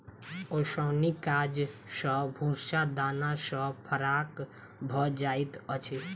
ओसौनीक काज सॅ भूस्सा दाना सॅ फराक भ जाइत अछि